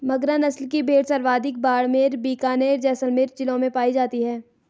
मगरा नस्ल की भेड़ सर्वाधिक बाड़मेर, बीकानेर, जैसलमेर जिलों में पाई जाती है